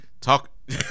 Talk